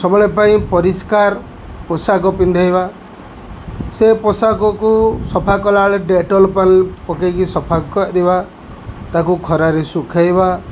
ସବୁବେଳେ ପାଇଁ ପରିଷ୍କାର ପୋଷାକ ପିନ୍ଧାଇବା ସେ ପୋଷାକକୁ ସଫା କଲାବେଳେ ଡେଟଲ୍ ପକାଇକି ସଫା କରିବା ତାକୁ ଖରାରେ ଶୁଖାଇବା